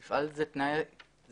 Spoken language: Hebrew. "יפעל" זה תנאי בעתיד,